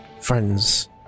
friends